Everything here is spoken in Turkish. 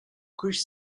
kış